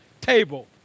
table